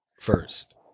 first